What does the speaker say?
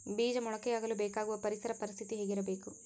ಬೇಜ ಮೊಳಕೆಯಾಗಲು ಬೇಕಾಗುವ ಪರಿಸರ ಪರಿಸ್ಥಿತಿ ಹೇಗಿರಬೇಕು?